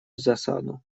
засаду